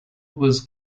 was